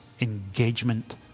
engagement